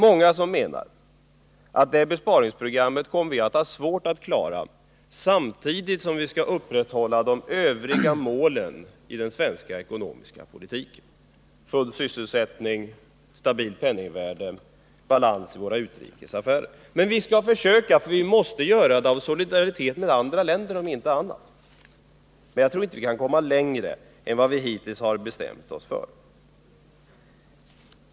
Många menar att vi kommer att få svårt att klara detta besparingsprogram samtidigt som vi skall upprätthålla de övriga målen i den svenska ekonomiska politiken: full sysselsättning, stabilt penningvärde och balans i våra utrikesaffärer. Men vi skall försöka. Vi måste göra det, om inte annat så av solidaritet med andra länder. Jag tror dock inte att vi kan komma längre än vi hittills har bestämt oss för.